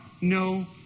no